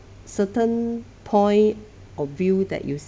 certain point of view that you